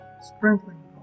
sprinkling